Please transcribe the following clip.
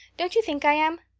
don't you think i am?